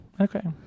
Okay